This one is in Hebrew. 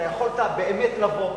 אתה יכולת באמת לבוא,